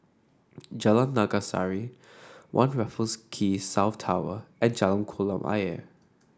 Jalan Naga Sari One Raffles Quay South Tower and Jalan Kolam Ayer